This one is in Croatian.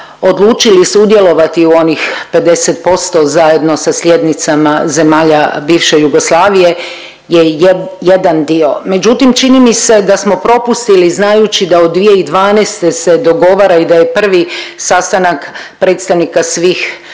odlučili sudjelovati u onih 50% zajedno sa slijednicama zemalja bivše Jugoslavije je jedan dio. Međutim, čini mi se da smo propustili znajući da od 2012. se dogovara i da je prvi sastanak predstavnika svih